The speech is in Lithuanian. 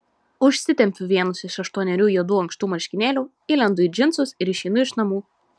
užsitempiu vienus iš aštuonerių juodų ankštų marškinėlių įlendu į džinsus ir išeinu iš namų